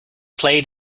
played